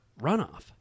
runoff